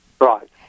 Right